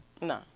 No